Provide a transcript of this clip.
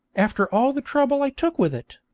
after all the trouble i took with it!